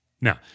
Now